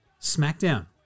smackdown